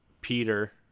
Peter